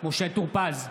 משה טור פז,